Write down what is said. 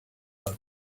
that